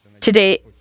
today